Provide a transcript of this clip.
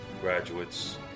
graduates